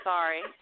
Sorry